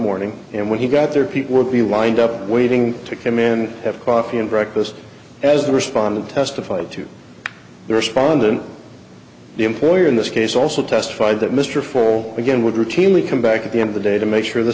morning and when he got there people would be lined up waiting to come in have coffee and breakfast as the respondent testified to the respondent the employer in this case also testified that mr four again would routinely come back at the end of the day to make sure the